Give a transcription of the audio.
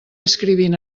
escrivint